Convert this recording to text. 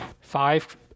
five